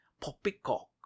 Poppycock